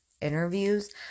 interviews